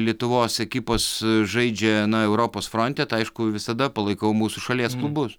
lietuvos ekipos žaidžia europos fronte tai aišku visada palaikau mūsų šalies klubus